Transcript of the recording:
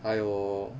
还有